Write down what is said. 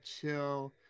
chill